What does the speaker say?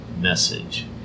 message